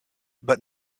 but